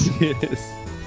yes